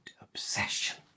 obsession